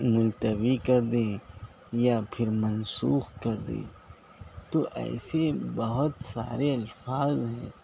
ملتوی کر دیں یا پھر منسوخ کر دیں تو ایسے بہت سارے الفاظ ہے